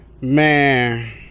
Man